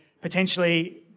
potentially